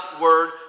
word